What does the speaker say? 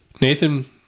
Nathan